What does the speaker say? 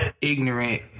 ignorant